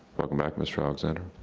welcome back mr. alexander.